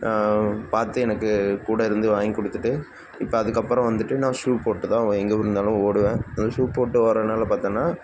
பார்த்து எனக்கு கூட இருந்து வாங்கி கொடுத்துட்டு இப்போ அதுக்கப்புறம் வந்துட்டு நான் ஷூ போட்டு தான் நான் எங்கே இருந்தாலும் ஓடுவேன் அதனால் ஷூ போட்டு ஓடுறதுனால பார்த்தன்னா